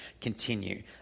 continue